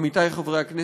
עמיתי חברי הכנסת,